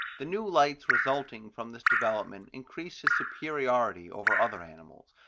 the new lights resulting from this development increased his superiority over other animals,